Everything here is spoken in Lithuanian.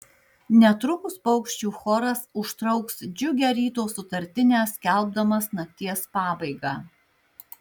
netrukus paukščių choras užtrauks džiugią ryto sutartinę skelbdamas nakties pabaigą